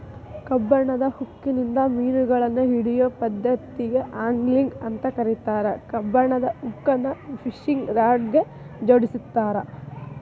ಕಬ್ಬಣದ ಹುಕ್ಕಿನಿಂದ ಮಿನುಗಳನ್ನ ಹಿಡಿಯೋ ಪದ್ದತಿಗೆ ಆಂಗ್ಲಿಂಗ್ ಅಂತ ಕರೇತಾರ, ಕಬ್ಬಣದ ಹುಕ್ಕನ್ನ ಫಿಶಿಂಗ್ ರಾಡ್ ಗೆ ಜೋಡಿಸಿರ್ತಾರ